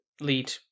lead